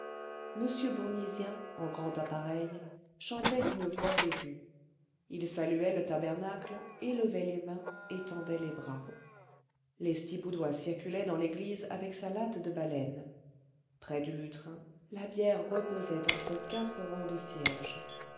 m bournisien en grand appareil chantait d'une voix aiguë il saluait le tabernacle élevait les mains étendait les bras lestiboudois circulait dans l'église avec sa latte de baleine près du lutrin la bière reposait entre quatre rangs de cierges